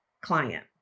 client